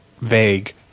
vague